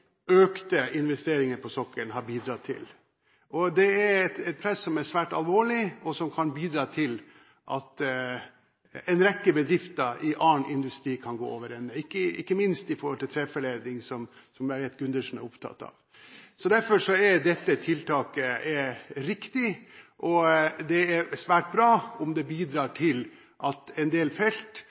økte investeringene på sokkelen har bidratt til. Det er et press som er svært alvorlig, og som kan bidra til at en rekke bedrifter i annen industri kan gå over ende – ikke minst innen treforedling, som jeg vet Gundersen er opptatt av. Derfor er dette tiltaket riktig. Det er svært bra om det bidrar til at investeringer i en del felt